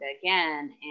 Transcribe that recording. again